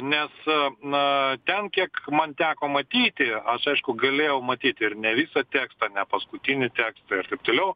nes na ten kiek man teko matyti aš aišku galėjau matyti ir ne visą tekstą ne paskutinį tekstą ir taip toliau